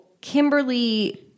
Kimberly